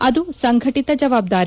ಅದು ಸಂಘಟಿತ ಜವಾಬ್ಲಾರಿ